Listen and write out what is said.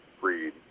breed